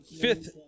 fifth